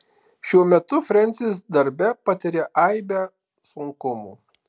šiuo metu frensis darbe patiria aibę sunkumų